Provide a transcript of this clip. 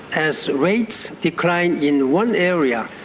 as rates decline in one area,